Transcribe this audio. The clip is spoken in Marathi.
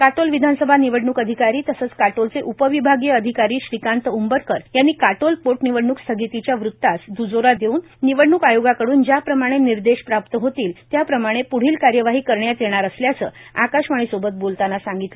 काटोल विधानसभा निवडणूक अधिकारी तसंच काटोलचे उपविभागीय अधिकारी श्रीकांत उंबरकर यांनी काटोल पोटनिवडणूक स्थगितीच्या वृत्तास दुजोरा देवृन निवडणुक आयोगाकडून ज्या प्रमाणे निर्देश प्राप्त होईल त्या प्रमाणे पृढील कार्यवाही करण्यात येणार असल्याचं आकाशवाणी सोबत बोलतांना सांगितलं